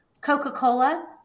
Coca-Cola